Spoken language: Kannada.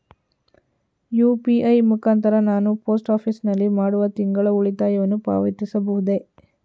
ಯು.ಪಿ.ಐ ಮುಖಾಂತರ ನಾನು ಪೋಸ್ಟ್ ಆಫೀಸ್ ನಲ್ಲಿ ಮಾಡುವ ತಿಂಗಳ ಉಳಿತಾಯವನ್ನು ಪಾವತಿಸಬಹುದೇ?